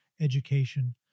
education